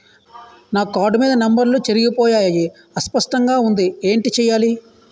నా కార్డ్ మీద నంబర్లు చెరిగిపోయాయి అస్పష్టంగా వుంది ఏంటి చేయాలి?